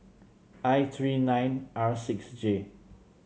I three nine R six J